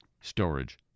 storage